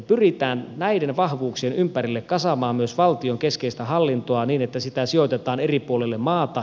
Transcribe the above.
pyritään näiden vahvuuksien ympärille kasaamaan myös valtion keskeistä hallintoa niin että sitä sijoitetaan eri puolille maata